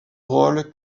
rôle